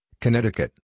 Connecticut